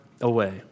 away